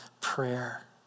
prayer